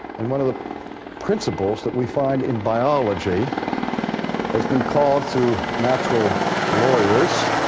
and one of the principles that we find in biology has been called, through natural lawyers,